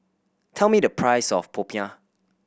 tell me the price of popiah